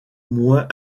moins